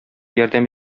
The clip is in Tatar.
ярдәм